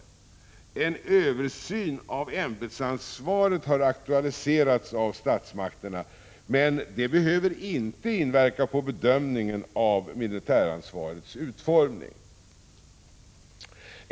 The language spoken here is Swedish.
En översyn av ämbetsansvaret har aktualiserats för statsmakterna, men det behöver inte inverka på bedömningen av militäransvarets utformning.